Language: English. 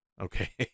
okay